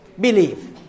Believe